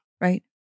Right